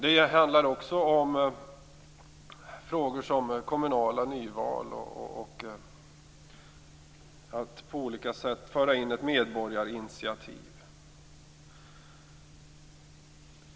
Det handlar också om frågor som kommunala nyval och att på olika sätt föra in ett medborgarinitiativ.